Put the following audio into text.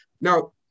now